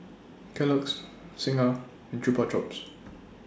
Kellogg's Singha and Chupa Chups